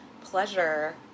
pleasure